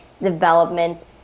development